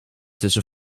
tussen